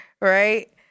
right